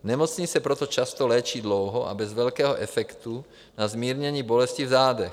Nemocný se proto často léčí dlouho a bez velkého efektu na zmírnění bolesti v zádech.